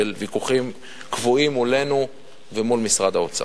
של ויכוחים קבועים מולנו ומול משרד האוצר.